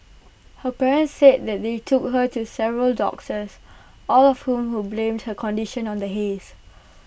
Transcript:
her parents said they took her to several doctors all of whom who blamed her condition on the haze